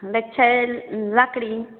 देखिए लकड़ी